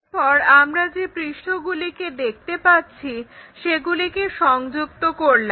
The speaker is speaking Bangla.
এরপর আমরা যে পৃষ্ঠগুলিকে দেখতে পাচ্ছি সেগুলোকে সংযুক্ত করলাম